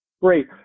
Great